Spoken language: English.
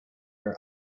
your